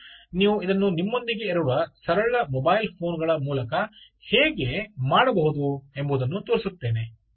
ಮತ್ತು ನೀವು ಇದನ್ನು ನಿಮ್ಮೊಂದಿಗೆ ಇರುವ ಸರಳ ಮೊಬೈಲ್ ಫೋನ್ಗಳು ಮೂಲಕ ಹೇಗೆ ಮಾಡಬಹುದು ಎಂಬುದನ್ನು ತೋರಿಸುತ್ತೇನೆ